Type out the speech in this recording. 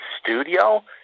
studio